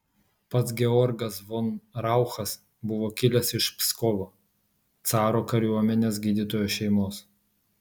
pats georgas von rauchas buvo kilęs iš pskovo caro kariuomenės gydytojo šeimos